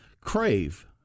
Crave